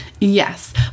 Yes